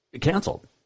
canceled